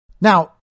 Now